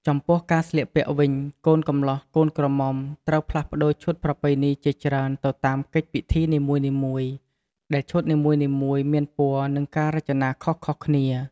ចំពោះការស្លៀកពាក់វិញ កូនកំលោះកូនក្រមុំត្រូវផ្លាស់ប្តូរឈុតប្រពៃណីជាច្រើនទៅតាមកិច្ចពិធីនីមួយៗ ដែលឈុតនីមួយៗមានពណ៌ និងការរចនាខុសៗគ្នា។